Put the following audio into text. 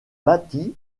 bâties